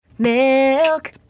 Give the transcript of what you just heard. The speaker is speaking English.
Milk